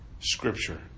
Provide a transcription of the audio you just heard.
scripture